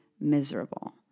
miserable